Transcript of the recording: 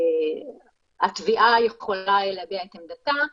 התביעה יכולה להביע את עמדתה,